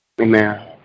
Amen